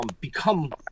become